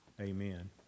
Amen